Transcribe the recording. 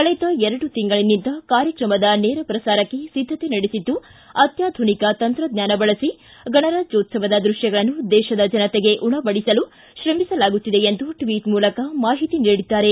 ಕಳೆದ ಎರಡು ತಿಂಗಳನಿಂದ ಕಾರ್ಯಕ್ರಮದ ನೇರ ಪ್ರಸಾರಕ್ಷೆ ಸಿದ್ದತೆ ನಡೆಸಿದ್ದು ಅತ್ಯಾಧುನಿಕ ತಂತ್ರಜ್ಞಾನ ಬಳಸಿ ಗಣರಾಜ್ಯೋತ್ಸವದ ದೃಷ್ಯಗಳನ್ನು ದೇಶದ ಜನತೆಗೆ ಉಣಬಡಿಸಲು ತ್ರಮಿಸಲಾಗುತ್ತಿದೆ ಎಂದು ಟ್ವಿಟ್ ಮೂಲಕ ಮಾಹಿತಿ ನೀಡಿದ್ದಾರೆ